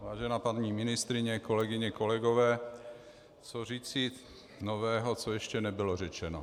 Vážená paní ministryně, kolegyně, kolegové, co říci nového, co ještě nebylo řečeno?